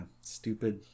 stupid